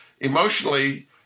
emotionally